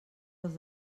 els